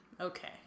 Okay